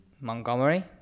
Montgomery